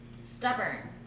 stubborn